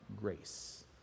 grace